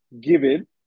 given